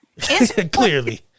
clearly